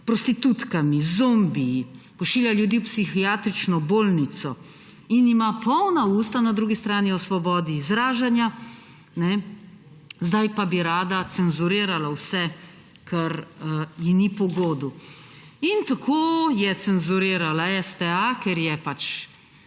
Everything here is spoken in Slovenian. prostitutkami, zombiji, pošilja ljudi v psihiatrično bolnico in ima polna usta na drugi strani o svobodi izražanja, zdaj pa bi rada cenzurirala vse, kar ji ni pogodu. Tako je cenzurirala STA, ker je pač